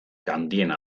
handiena